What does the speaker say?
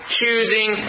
choosing